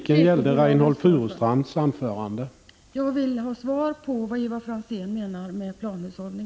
Herr talman! Jag vill veta vad Ivar Franzén egentligen menar med planhushållning.